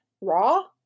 Raw